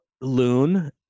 loon